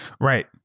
Right